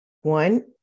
one